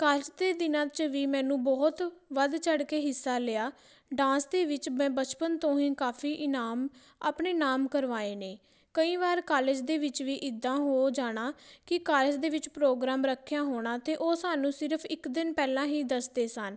college ਦੇ ਦਿਨਾਂ 'ਚ ਵੀ ਮੈਨੂੰ ਬਹੁਤ ਵੱਧ ਚੜ ਕੇ ਹਿੱਸਾ ਲਿਆ ਡਾਂਸ ਦੇ ਵਿੱਚ ਮੈਂ ਬਚਪਨ ਤੋਂ ਹੀ ਕਾਫੀ ਇਨਾਮ ਆਪਣੇ ਨਾਮ ਕਰਵਾਏ ਨੇ ਕਈ ਵਾਰ ਕਾਲਜ ਦੇ ਵਿੱਚ ਵੀ ਇੱਦਾਂ ਹੋ ਜਾਣਾ ਕਿ ਕਾਲਜ ਦੇ ਵਿੱਚ ਪ੍ਰੋਗਰਾਮ ਰੱਖਿਆ ਹੋਣਾ ਅਤੇ ਉਹ ਸਾਨੂੰ ਸਿਰਫ਼ ਇੱਕ ਦਿਨ ਪਹਿਲਾਂ ਹੀ ਦੱਸਦੇ ਸਨ